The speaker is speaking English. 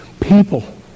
people